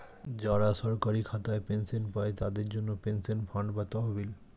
যারা সরকারি খাতায় পেনশন পায়, তাদের জন্যে পেনশন ফান্ড বা তহবিল